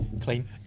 clean